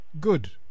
Good